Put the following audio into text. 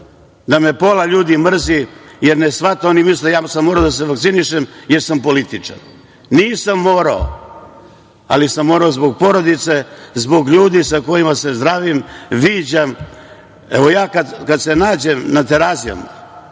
da me pola ljudi mrzi, jer ne shvataju. Oni misle da sam morao da se vakcinišem jer sam političar. Nisam morao, ali sam morao zbog porodice, zbog ljudi sa kojima se zdravim, viđam. Evo, ja kada se nađem na Terazijama,